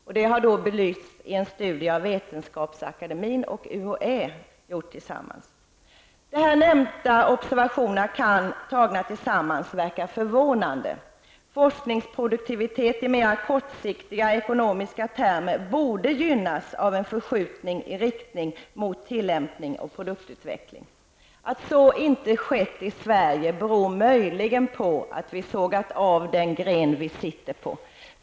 Detta har belysts i en studie som Vetenskapsakademien och UHÄ har gjort tillsammans. De här nämnda observationerna kan, tagna tillsammans, verka förvånande. Forskningsproduktivitet i mera kortsiktiga ekonomiska termer borde gynnas av en förskjutning i riktning mot tillämpning och produktutveckling. Att så inte skett i Sverige beror möjligen på att vi sågat av den gren vi sitter på.